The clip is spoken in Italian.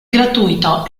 gratuito